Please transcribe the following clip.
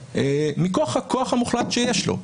מכוח הכוח המוחלט שיש לו.